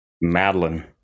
Madeline